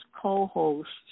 co-hosts